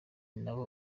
nabo